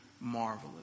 marvelous